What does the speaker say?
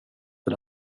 väl